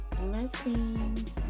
Blessings